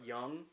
Young